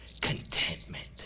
contentment